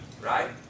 right